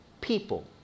people